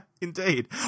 Indeed